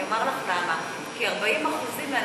אני אומר לך למה, כי 40% מהנאונטולוגים,